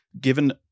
given